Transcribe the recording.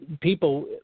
people